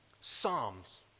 psalms